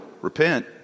Repent